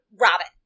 Robin